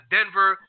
Denver